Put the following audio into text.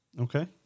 Okay